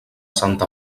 santa